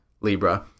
Libra